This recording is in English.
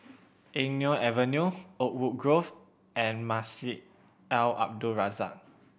Eng Neo Avenue Oakwood Grove and Masjid Al Abdul Razak